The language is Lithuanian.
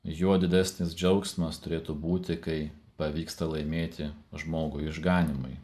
juo didesnis džiaugsmas turėtų būti kai pavyksta laimėti žmogų išganymui